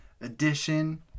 Edition